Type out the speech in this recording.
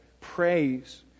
praise